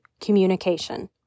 communication